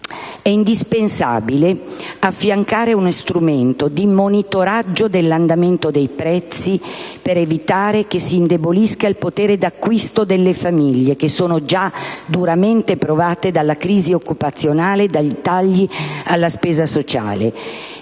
È indispensabile affiancare uno strumento di monitoraggio dell'andamento dei prezzi, per evitare che si indebolisca il potere di acquisto delle famiglie, già duramente provate dalla crisi occupazionale e dai tagli alla spesa sociale,